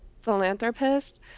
philanthropist